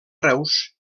reus